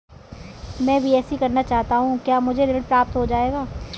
मैं बीएससी करना चाहता हूँ क्या मुझे ऋण प्राप्त हो जाएगा?